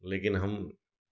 लेकिन हम